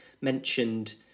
mentioned